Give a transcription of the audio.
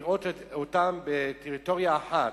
לראות אותם בטריטוריה אחת.